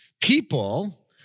people